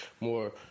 more